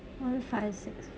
one five six